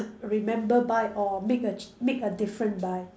remember buy all make a make a different buy